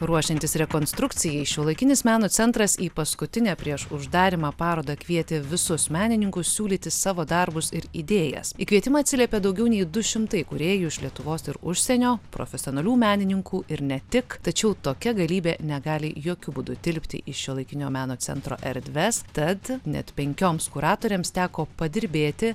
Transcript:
ruošiantis rekonstrukcijai šiuolaikinis meno centras į paskutinę prieš uždarymą parodą kvietė visus menininkus siūlyti savo darbus ir idėjas į kvietimą atsiliepė daugiau nei du šimtai kūrėjų iš lietuvos ir užsienio profesionalių menininkų ir ne tik tačiau tokia galybė negali jokiu būdu tilpti į šiuolaikinio meno centro erdves tad net penkioms kuratorėms teko padirbėti